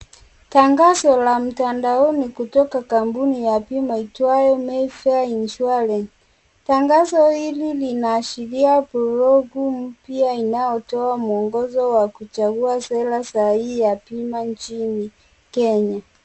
Tangazo la mtandaoni kutoka kampuni ya bima iitwayo Mayfair Insurance . Tangazo hili linaashiria progu mpya inayotoa mwongozo wa kuchagua sera saa hii ya bima nchini Kenya.